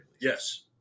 Yes